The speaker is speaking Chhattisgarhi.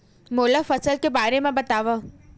मोला फसल के बारे म बतावव?